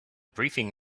briefing